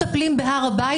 תודה, חברת הכנסת בן ארי.